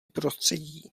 prostředí